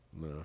No